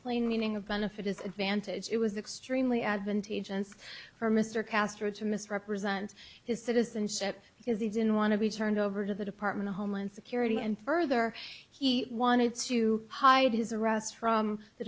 plain meaning of benefit is advantage it was extremely advantageous for mr castro to misrepresent his citizenship because he didn't want to be turned over to the department of homeland security and further he wanted to hide his arrest from the